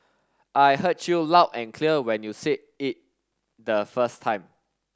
I heard you loud and clear when you said it the first time